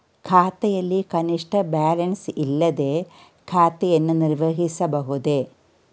ಖಾತೆಯಲ್ಲಿ ಕನಿಷ್ಠ ಬ್ಯಾಲೆನ್ಸ್ ಇಲ್ಲದೆ ಖಾತೆಯನ್ನು ನಿರ್ವಹಿಸಬಹುದೇ?